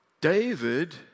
David